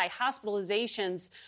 hospitalizations